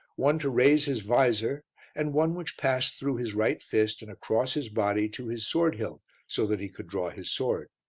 one to raise his vizor and one which passed through his right fist and across his body to his sword-hilt so that he could draw his sword.